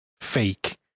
fake